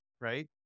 right